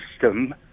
system